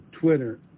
Twitter